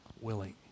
willing